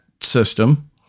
System